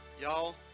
y'all